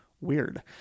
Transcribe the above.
Weird